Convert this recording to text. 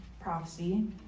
prophecy